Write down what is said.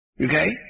Okay